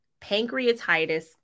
pancreatitis